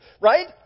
Right